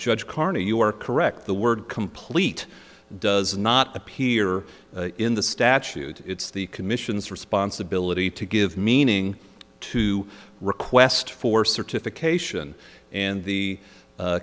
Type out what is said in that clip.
judge carney you are correct the word complete does not appear in the statute it's the commission's responsibility to give meaning to request for certification and the